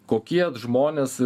kokie žmonės